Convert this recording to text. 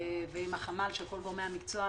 ועם החמ"ל של כל גורמי המקצוע.